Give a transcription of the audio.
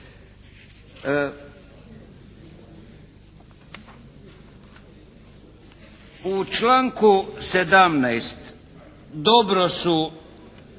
U članku 17. dobro su